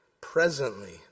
presently